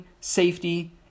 safety